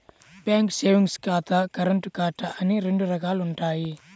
bank savings ఖాతా, current ఖాతా అని రెండు రకాలుంటయ్యి